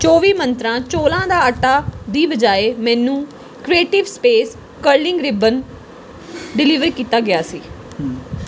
ਚੌਵੀ ਮੰਤਰਾਂ ਚੌਲਾਂ ਦਾ ਆਟਾ ਦੀ ਬਜਾਏ ਮੈਨੂੰ creative space curling ribbon deliver ਕੀਤਾ ਗਿਆ ਸੀ